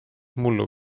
mullu